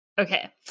okay